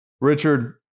Richard